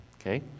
Okay